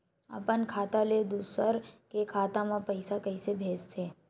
अपन खाता ले दुसर के खाता मा पईसा कइसे भेजथे?